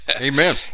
Amen